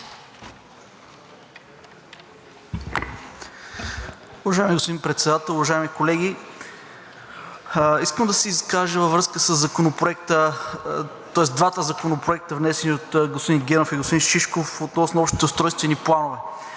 Уважаеми господин Председател, уважаеми колеги! Искам да се изкажа във връзка със Законопроекта, тоест двата законопроекта, внесени от господин Генов и господин Шишков, относно общите устройствени планове.